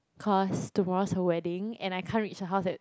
cause tomorrow's her wedding and I can't reach her house at